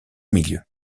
milieu